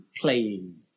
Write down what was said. playing